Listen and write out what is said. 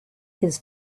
his